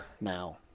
now